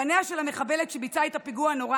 פניה של המחבלת שביצעה את הפיגוע הנורא